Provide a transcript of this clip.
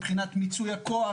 מבחינת מיצוי הכוח,